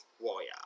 warrior